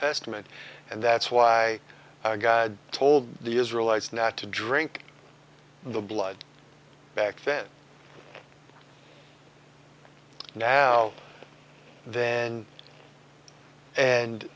testament and that's why god told the israelites nat to drink the blood back then now then and